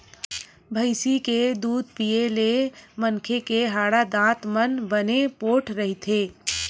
भइसी के दूद पीए ले मनखे के हाड़ा, दांत मन बने पोठ रहिथे